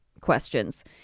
questions